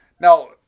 Now